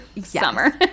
summer